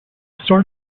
start